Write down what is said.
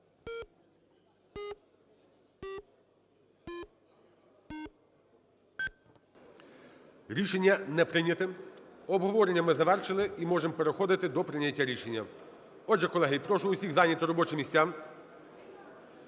Рішення не прийнято. Обговорення ми завершили і можемо переходити до прийняття рішення. Отже, колеги, прошу усіх зайняти робочі місця.